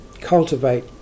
cultivate